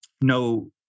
No